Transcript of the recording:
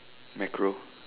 macro